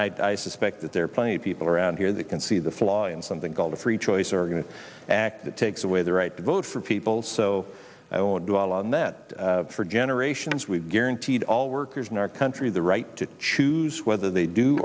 and i suspect that there are plenty of people around here that can see the flaw in something called a free choice organise an act that takes away the right to vote for people so i won't dwell on that for generations we've guaranteed all workers in our country the right to choose whether they do